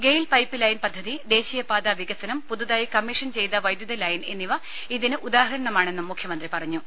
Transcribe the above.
Gayle pipeline പദ്ധതി ദേശീയപാതാ വികസ നം പുതുതായി കമ്മീഷൻ ചെയ്ത വൈദ്യുത ലൈൻ എന്നിവ ഇതിന് ഉദാഹരമാണെന്നും മുഖ്യമന്ത്രി പറഞ്ഞു